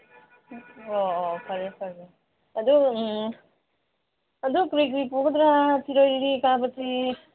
ꯑꯣ ꯑꯣ ꯑꯣ ꯐꯔꯦ ꯐꯔꯦ ꯑꯗꯨ ꯎꯝ ꯑꯗꯨ ꯀꯔꯤ ꯀꯔꯤ ꯄꯨꯒꯗ꯭ꯔꯥ ꯁꯤꯔꯣꯏ ꯂꯤꯂꯤ ꯀꯥꯕꯁꯦ